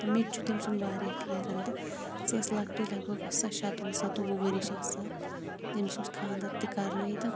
تہٕ مےٚ تہِ چھُ تٔمۍ سُند واریاہ پھیران تہٕ سۄ ٲسۍ لۄکٹٕے لگ بگ ٲسۍ سۄ شتوُہ سَتووُہ ؤرِش ٲسۍ سۄ تٔمِس اوس خاندر تہِ کرنٕے تہٕ